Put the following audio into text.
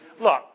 Look